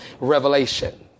revelation